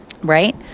right